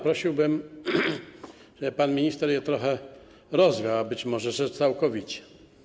Prosiłbym, żeby pan minister je trochę rozwiał, a być może i całkowicie.